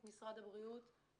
את משרד הבריאות,